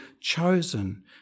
chosen